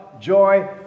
joy